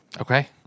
Okay